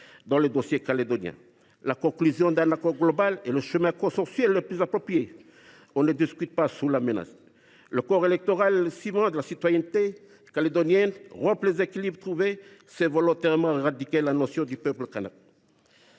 dans le dossier calédonien. La conclusion d’un accord global est le chemin consensuel le plus approprié. On ne discute pas sous la menace. Le corps électoral est le ciment de la citoyenneté calédonienne. Rompre les équilibres trouvés, c’est volontairement éradiquer la notion de peuple kanak